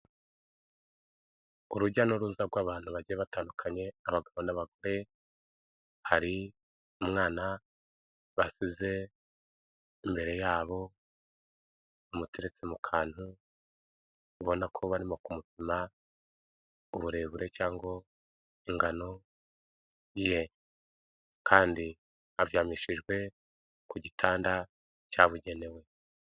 Urujya n'uruza rw'abantu bagiye batandukanya abagabo n'abagore hari umwana basize imbere yabo bamuteretse mu kantu ubona ko barimo kumupima uburebure cyangwa ingano ye kandi aryamishijwe ku gitanda cyabugenewe.